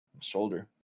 shoulder